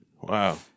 Wow